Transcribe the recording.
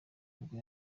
nibwo